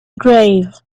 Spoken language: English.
grave